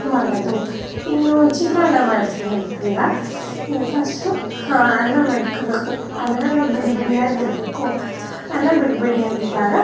ಮಾಡೋದು ಇನ್ನೂ ಚಿತ್ರಾನ್ನ ಮಾಡ್ತೀನಿ ಅಂತಂದ್ರೆ ಫಸ್ಟು ಹಾಂ ಅನ್ನ ಮಾಡ್ಕೊಳ್ಬೇಕು ಅನ್ನ ಬಿಡಿ ಬಿಡಿಯಾಗಿರ್ಬೇಕು ಅನ್ನ ಬಿಡಿ ಬಿಡಿಯಾಗಿದ್ದಾಗ